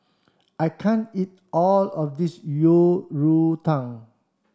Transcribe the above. I can't eat all of this Yang Rou Tang